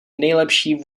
nejlepší